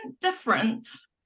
difference